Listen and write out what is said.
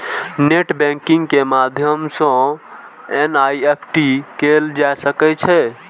net banking के माध्यम सं एन.ई.एफ.टी कैल जा सकै छै